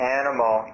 animal